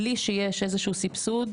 בלי שיש איזשהו סבסוד,